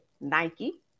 Nike